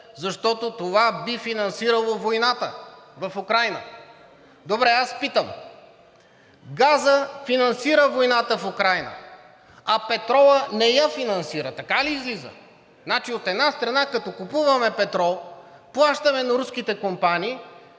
защото това би финансирало войната в Украйна.“ Добре, аз питам: газът финансира войната в Украйна, а петролът не я финансира, така ли излиза? Значи, от една страна, като купуваме петрол, плащаме на руските компании,